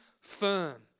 firm